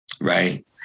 right